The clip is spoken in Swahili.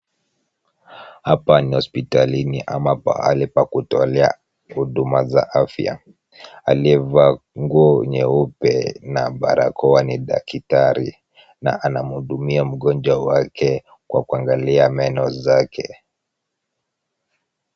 Hapa ni hospitalini ama pahali pa kutolea huduma za afya. Aliyevaa nguo nyeupe na barakoa ni daktari na anamuhudumia mgonjwa wake kwa kuangalia meno zake.